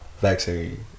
vaccine